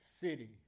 city